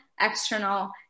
external